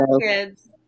kids